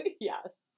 Yes